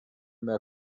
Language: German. mehr